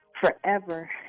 forever